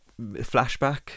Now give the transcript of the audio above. flashback